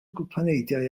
gwpaneidiau